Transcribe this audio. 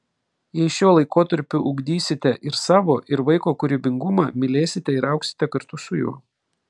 jei šiuo laikotarpiu ugdysite ir savo ir vaiko kūrybingumą mylėsite ir augsite kartu su juo